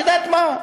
את יודעת מה,